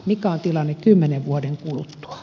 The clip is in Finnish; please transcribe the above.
mikä on tilanne kymmenen vuoden kuluttua